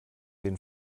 den